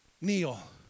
Kneel